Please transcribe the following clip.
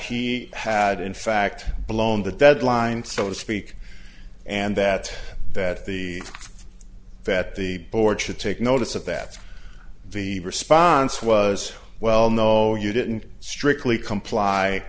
he had in fact blown the deadline so to speak and that that the vet the board should take notice of that the response was well no you didn't strictly comply